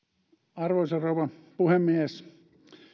arvoisa rouva puhemies